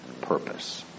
purpose